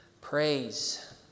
praise